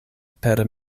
per